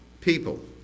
people